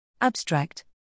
Abstract